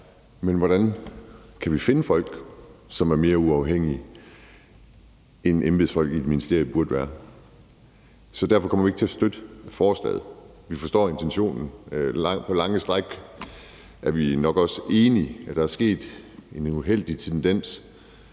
hvordan vi kan finde folk, som er mere uafhængige, end embedsfolk i et ministerium burde være. Derfor kommer vi ikke til at støtte forslaget. Vi forstår intentionen, og på lange stræk er vi nok også enige i, at der er kommet en uheldig tendens.